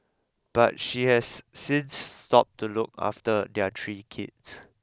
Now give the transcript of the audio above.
but she has since stopped to look after their three kids